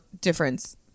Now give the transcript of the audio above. difference